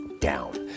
down